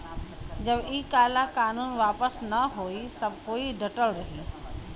जब इ काला कानून वापस न होई सब कोई डटल रही